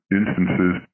instances